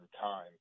time